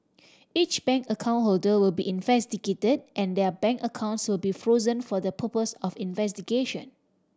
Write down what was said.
each bank account holder will be investigated and their bank accounts will be frozen for the purpose of investigation